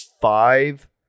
five